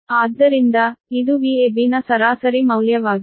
ಆದ್ದರಿಂದ ಇದು ವ್ಯಾಬ್ನ ಸರಾಸರಿ ಮೌಲ್ಯವಾಗಿದೆ